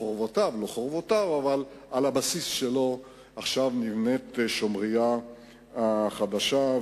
חורבותיו אלא על הבסיס שלו נבנית שומריה החדשה.